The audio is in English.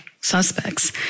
suspects